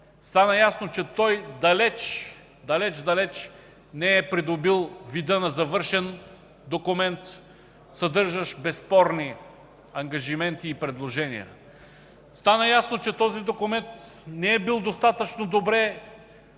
стана ясно, че той далеч не е придобил вида на завършен документ, съдържащ безспорни ангажименти и предложения. Стана ясно, че той не е бил достатъчно добре